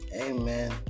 Amen